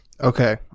Okay